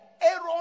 Aaron